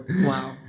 Wow